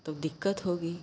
तो दिक्कत होगी